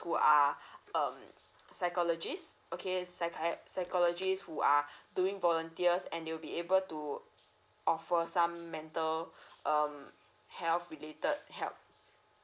who are um psychologist okay psych~ psychologist who are doing volunteers and they will be be able to offer some mental um health related help